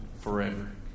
forever